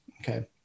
Okay